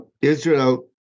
Israel